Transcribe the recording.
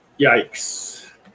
Yikes